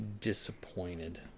disappointed